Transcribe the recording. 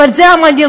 אבל זאת מנהיגות,